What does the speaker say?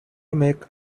make